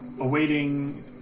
awaiting